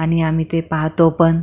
आणि आम्ही ते पाहातो पण